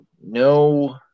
no